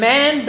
Man